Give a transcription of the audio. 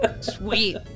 Sweet